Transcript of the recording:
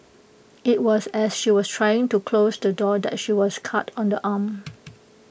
IT was as she was trying to close the door that she was cut on the arm